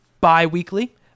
bi-weekly